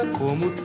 como